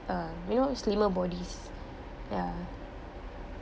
um you know slimmer bodies ya